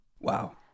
Wow